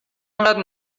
اینقدر